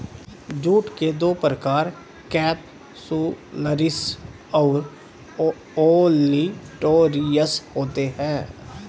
jute के दो प्रकार केपसुलरिस और ओलिटोरियस होते हैं